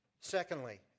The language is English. Secondly